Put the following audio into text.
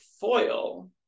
foil